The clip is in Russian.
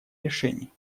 решений